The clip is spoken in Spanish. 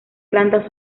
plantas